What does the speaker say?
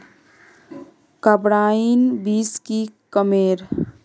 Carbine बीस की कमेर?